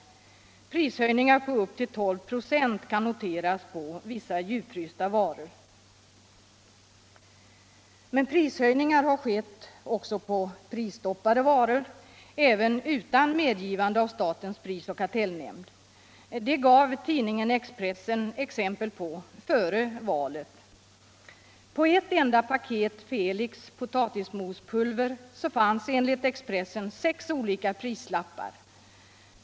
Det rör sig om prishöjningar på upp till 12 å, som kan noteras på vissa djupfrysta varor. Men prishöjningar har skett också på prisstoppade varor även utan medgivande av statens prisoch kartellnämnd. Det gav tidningen Expressen ecxempel på före valet. På ett enda paket Felix potatismospulver fanns enligt Expressen sex olika prislappar.